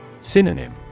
Synonym